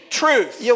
truth